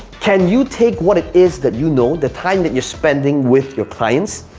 can you take what it is that you know, the time that you're spending with your clients,